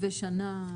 כן.